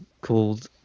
called